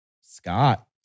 Scott